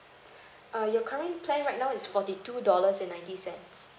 uh your current plan right now is forty two dollars and ninety cents